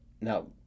Now